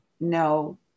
No